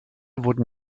wurden